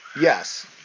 Yes